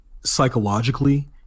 psychologically